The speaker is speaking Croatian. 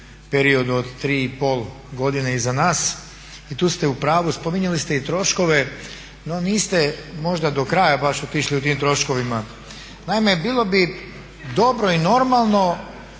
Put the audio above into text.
periodu od 3,5 godine iza nas i tu ste u pravu. Spominjali ste i troškove. No niste možda do kraja baš otišli u tim troškovima. Naime, bilo bi dobro i normalno